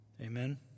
Amen